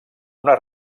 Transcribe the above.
una